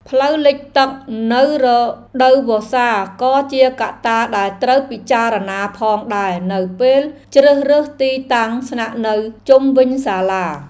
ផ្លូវលិចទឹកនៅរដូវវស្សាក៏ជាកត្តាដែលត្រូវពិចារណាផងដែរនៅពេលជ្រើសរើសទីតាំងស្នាក់នៅជុំវិញសាលា។